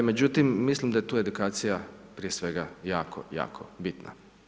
Međutim, mislim da je tu edukacija prije svega jako jako bitna.